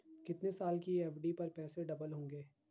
कितने साल की एफ.डी पर पैसे डबल होंगे?